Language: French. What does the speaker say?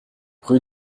rue